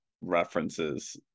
references